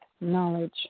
knowledge